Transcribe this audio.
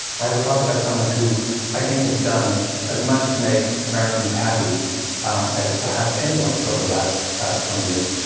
i would talk about someone who i think has done as much to make americans happy as perhaps anyone over the last twenty years,